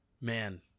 Man